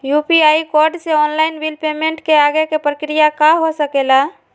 UPI code से online bill payment के आगे के प्रक्रिया का हो सके ला?